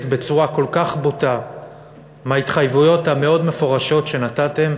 בצורה כל כך בוטה מההתחייבויות המאוד-מפורשות שנתתם